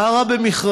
מה רע במכרזים?